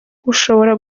bushobora